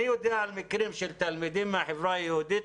אני יודע על מקרים של תלמידים מהחברה היהודית,